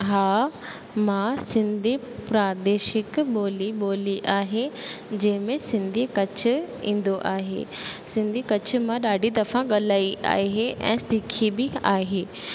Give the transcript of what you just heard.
हा मां सिंधी प्रादेषिक ॿोली ॿोली आहे जंहिं में सिंधी कच्छ ईंदो आहे सिंधी कच्छ मां ॾाढी दफ़ा ॻाल्हाई आहे ऐं सिखी बि आहे